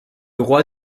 roi